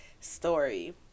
story